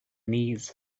knees